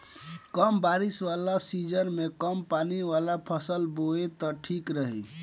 कम बारिश वाला सीजन में कम पानी वाला फसल बोए त ठीक रही